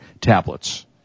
tablets